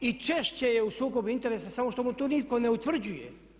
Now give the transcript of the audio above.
I češće je u sukobu interesa samo što mu to nitko ne utvrđuje.